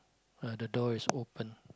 ah the door is open